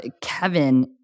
Kevin